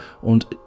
und